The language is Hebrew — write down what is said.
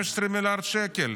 15 מיליארד שקל.